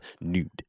nude